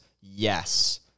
yes